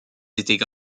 étaient